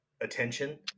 attention